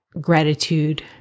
gratitude